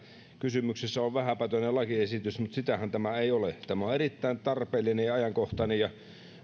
kysymyksessä on vähäpätöinen lakiesitys niin sitähän tämä ei ole tämä on erittäin tarpeellinen ja ajankohtainen